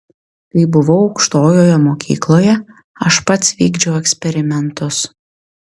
kai buvau aukštojoje mokykloje aš pats vykdžiau eksperimentus